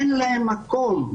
אין להם מקום.